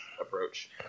approach